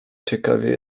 ciekawie